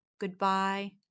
goodbye